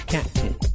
Captain